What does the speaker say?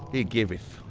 he giveth,